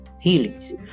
healings